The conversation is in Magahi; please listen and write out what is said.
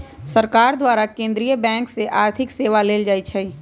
सरकार द्वारा केंद्रीय बैंक से आर्थिक सेवा लेल जाइ छइ